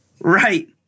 Right